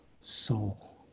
soul